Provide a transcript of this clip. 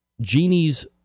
Genie's